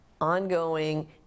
ongoing